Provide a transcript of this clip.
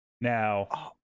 Now